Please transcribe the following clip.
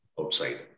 outside